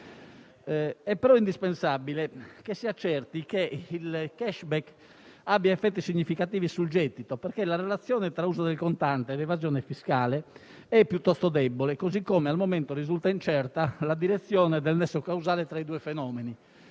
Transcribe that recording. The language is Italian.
È però indispensabile che si accerti che il *cashback* abbia effetti significativi sul gettito, perché la relazione tra l'uso del contante e l'evasione fiscale è piuttosto debole, così come al momento risulta incerta la direzione del nesso causale tra i due fenomeni.